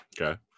Okay